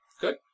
Good